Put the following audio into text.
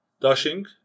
Dashing